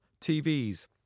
TVs